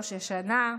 ראש השנה.